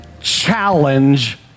challenge